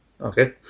Okay